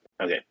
Okay